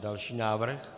Další návrh.